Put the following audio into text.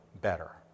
better